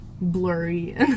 blurry